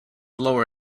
lower